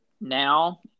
now